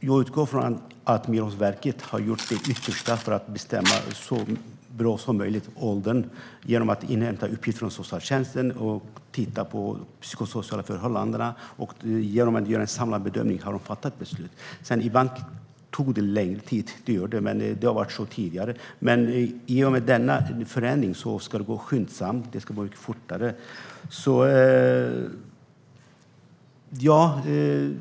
Jag utgår från att Migrationsverket har gjort sitt yttersta för att bestämma åldern så korrekt som möjligt genom att inhämta uppgifter från socialtjänsten och genom att titta på de psykosociala förhållandena. Genom att göra en samlad bedömning har man sedan fattat beslut. Ibland har det tagit längre tid. Det har varit så tidigare. Men i och med denna förändring ska det gå skyndsamt och mycket fortare.